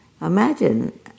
imagine